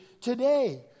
today